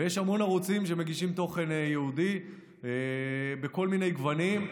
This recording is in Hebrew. ויש המון ערוצים שמגישים תוכן יהודי בכל מיני גוונים,